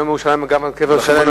לכן,